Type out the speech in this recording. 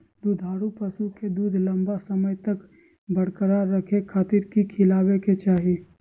दुधारू पशुओं के दूध लंबा समय तक बरकरार रखे खातिर की खिलावे के चाही?